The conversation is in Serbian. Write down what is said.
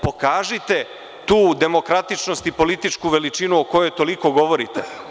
Pokažite tu demokratičnost i političku veličinu o kojoj toliko govorite.